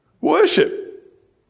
Worship